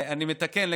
מתקן,